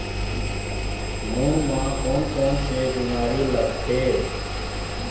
मूंग म कोन कोन से बीमारी लगथे?